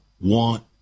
want